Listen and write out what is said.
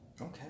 Okay